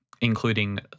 including